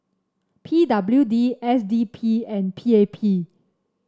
P W D S D P and P A P